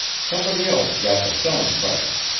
somebody else got the selling price.